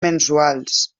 mensuals